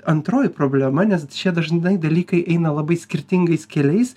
antroji problema nes čia dažnai dalykai eina labai skirtingais keliais